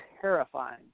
terrifying